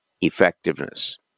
effectiveness